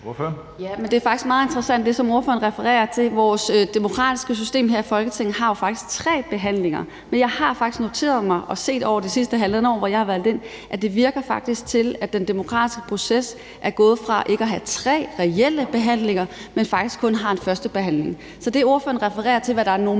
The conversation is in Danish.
Jamen det er faktisk meget interessant, hvad ordføreren refererer til. Vores demokratiske system her i Folketinget indebærer jo faktisk tre behandlinger, men jeg har noteret mig og set over de sidste halvandet år, hvor jeg har været valgt ind, at det faktisk virker til, at den demokratiske proces er gået fra at have tre reelle behandlinger til faktisk kun at have en første behandling. Så det, ordføreren refererer til som værende